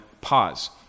pause